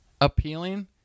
appealing